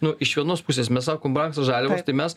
nu iš vienos pusės mes sakom brangsta žaliavos tai mes